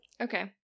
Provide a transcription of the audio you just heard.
Okay